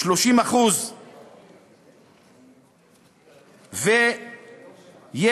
30%. יש